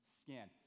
scan